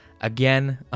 Again